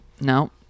no